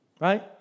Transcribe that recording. Right